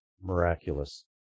miraculous